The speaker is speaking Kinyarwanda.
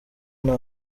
nta